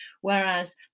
whereas